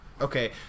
Okay